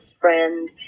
friend